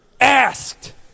asked